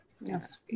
Yes